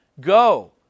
Go